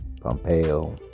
Pompeo